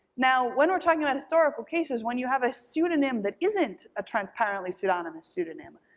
now when we're talking about historical cases, when you have a pseudonym that isn't a transparently pseudonymous pseudonym,